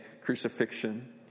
crucifixion